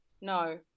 no